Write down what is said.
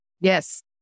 Yes